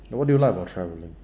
oh what do you like about travelling